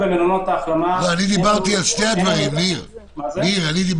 אני מדבר על שני הדברים, על